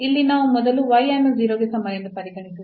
ಇಲ್ಲಿ ನಾವು ಮೊದಲು ಅನ್ನು 0 ಗೆ ಸಮ ಎಂದು ಪರಿಗಣಿಸಿದರೆ